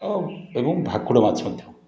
ଆଁ ଏବଂ ଭାକୁର ମାଛ ମଧ୍ୟ